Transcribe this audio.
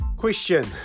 question